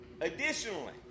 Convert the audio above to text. Additionally